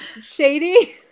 shady